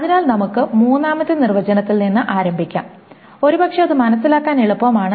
അതിനാൽ നമുക്ക് മൂന്നാമത്തെ നിർവചനത്തിൽ നിന്ന് ആരംഭിക്കാം ഒരുപക്ഷേ അത് മനസ്സിലാക്കാൻ എളുപ്പമാണ്